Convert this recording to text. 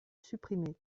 supprimer